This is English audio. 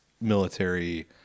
military